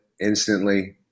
instantly